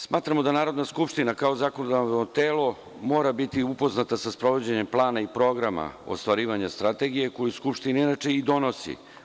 Smatramo da Narodna skupština kao zakonodavno telo mora biti upoznata sa sprovođenjem plana i programa ostvarivanja strategije, koju Skupština inače i donosi.